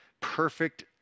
perfect